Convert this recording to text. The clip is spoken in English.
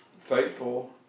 faithful